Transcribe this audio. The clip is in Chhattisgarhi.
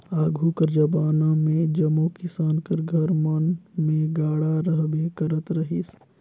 आघु कर जबाना मे जम्मो किसान कर घर मन मे गाड़ा रहबे करत रहिस